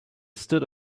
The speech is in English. stood